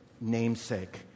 namesake